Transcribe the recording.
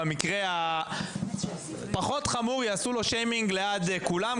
במקרה הפחות חמור יעשו לו שיימינג ליד כולם,